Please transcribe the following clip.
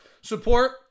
support